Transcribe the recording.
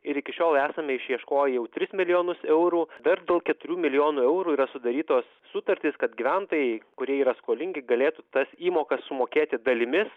ir iki šiol esame išieškoję jau tris milijonus eurų dar dėl keturių milijonų eurų yra sudarytos sutartys kad gyventojai kurie yra skolingi galėtų tas įmokas sumokėti dalimis